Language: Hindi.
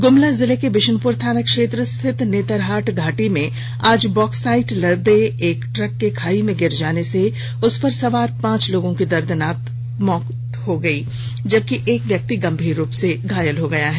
गुमला जिले के बिशुनपुर थानाक्षेत्र स्थित नेतरहाट घाटी में आज बॉक्साइट लदे एक ट्रक के खाई में गिर जाने से उस पर सवार पांच लोगों की दर्दनाक मौत हो गई जबकि एक व्यक्ति गंभीर रूप से घायल है